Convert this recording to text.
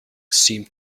seemed